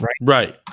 Right